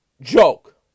joke